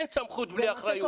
אין סמכות בלי אחריות.